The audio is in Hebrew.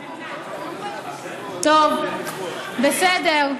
טוב, בסדר.